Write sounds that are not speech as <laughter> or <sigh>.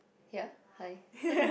ya hi <laughs>